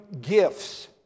gifts